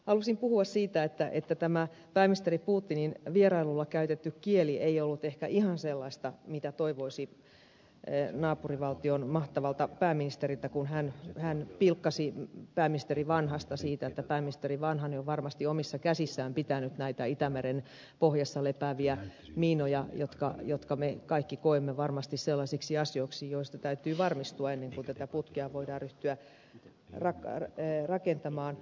halusin puhua siitä että tämä pääministeri putinin vierailulla käytetty kieli ei ollut ehkä ihan sellaista mitä toivoisi naapurivaltion mahtavalta pääministeriltä kun hän pilkkasi pääministeri vanhasta siitä että pääministeri vanhanen on varmasti omissa käsissään pitänyt näitä itämeren pohjassa lepääviä miinoja jotka me kaikki koemme varmasti sellaisiksi asioiksi joista täytyy varmistua ennen kuin tätä putkea voidaan ryhtyä rakentamaan